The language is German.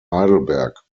heidelberg